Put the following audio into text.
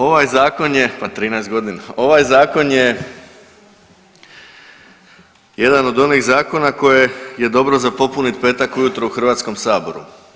Ovaj zakon je, pa 13 godina, ovaj zakon je jedan od onih zakona koje je dobro za popunit petak ujutro u Hrvatskom saboru.